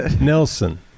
Nelson